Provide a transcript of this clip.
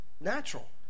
natural